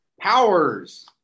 Powers